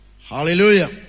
Hallelujah